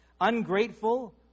ungrateful